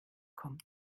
kommt